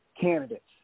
candidates